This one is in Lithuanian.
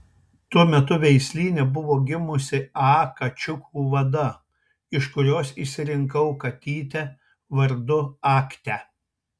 tuo metu veislyne buvo gimusi a kačiukų vada iš kurios išsirinkau katytę vardu aktia